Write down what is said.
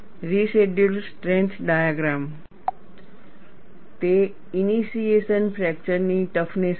residual strength diagram તે initiation fracture ની toughness હશે